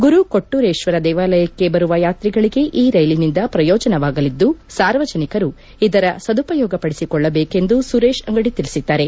ಗುರುಕೊಟ್ಟೂರೇಶ್ವರ ದೇವಾಲಯಕ್ಕೆ ಬರುವ ಯಾತ್ರಿಗಳಿಗೆ ಈ ರೈಲಿನಿಂದ ಪ್ರಯೋಜನವಾಗಲಿದ್ದು ಸಾರ್ವಜನಿಕರು ಇದರ ಸದುಪಯೋಗಪದಿಸಿಕೊಳ್ಳಬೇಕೆಂದು ಸುರೇಶ್ ಅಂಗದಿ ತಿಳಿಸಿದ್ದಾರೆ